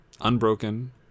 Unbroken